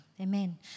Amen